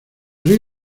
rey